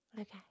Okay